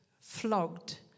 flogged